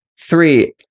Three